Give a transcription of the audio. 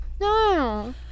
no